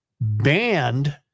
banned